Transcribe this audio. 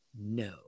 No